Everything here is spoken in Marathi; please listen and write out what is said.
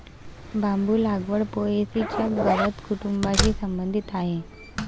बांबू लागवड पो.ए.सी च्या गवत कुटुंबाशी संबंधित आहे